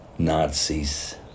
Nazis